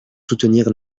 soutenir